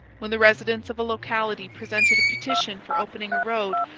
when the residents of a locality presented a petition for opening a road,